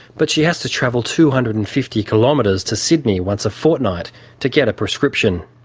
but she has to travel two hundred and fifty kilometres to sydney once a fortnight to get a prescription.